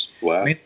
Wow